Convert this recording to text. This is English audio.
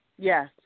Yes